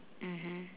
mmhmm